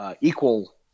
equal